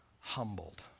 humbled